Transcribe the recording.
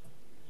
יעלה,